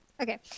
Okay